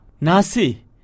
Nasi